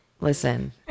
Listen